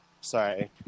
sorry